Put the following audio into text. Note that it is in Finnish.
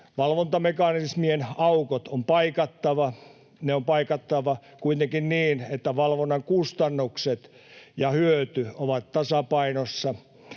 Valvontamekanismien aukot on paikattava. Ne on paikattava kuitenkin niin, että valvonnan kustannukset ja hyöty ovat tasapainossa